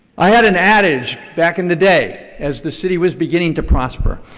i had an adage back in the day, as the city was beginning to prosper,